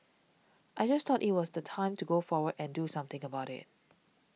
I just thought it was the time to go forward and do something about it